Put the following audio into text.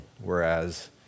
whereas